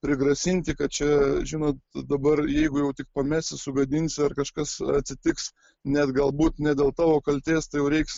prigrasinti kad čia žinot dabar jeigu jau tik pamesi sugadinsi ar kažkas atsitiks net galbūt ne dėl tavo kaltės tai jau reiks